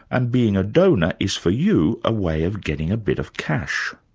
and being a donor is for you a way of getting a bit of cash.